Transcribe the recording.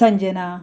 Sanjana